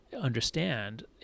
understand